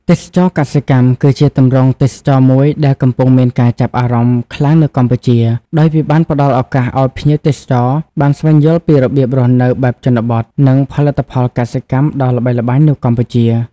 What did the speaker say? ទេសចរណ៍កសិកម្មគឺជាទម្រង់ទេសចរណ៍មួយដែលកំពុងមានការចាប់អារម្មណ៍ខ្លាំងនៅកម្ពុជា ដោយវាបានផ្ដល់ឱកាសឱ្យភ្ញៀវទេសចរបានស្វែងយល់ពីរបៀបរស់នៅបែបជនបទ និងផលិតផលកសិកម្មដ៏ល្បីល្បាញនៅកម្ពុជា ។